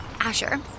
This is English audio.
Asher